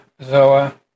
Zoa